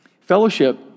Fellowship